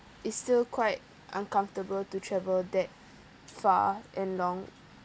it's still quite uncomfortable to travel that far and long